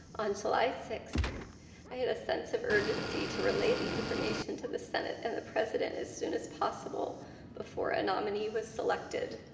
on july six i had a sense of urgency to relay the information to the senate and the president as soon as possible for ah nominee was selected.